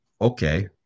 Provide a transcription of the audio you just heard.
okay